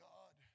God